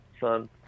son